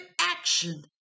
action